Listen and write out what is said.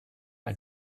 ein